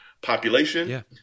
population